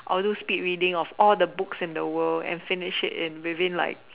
all those speed reading of all the books in the world and finish it within like